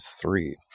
three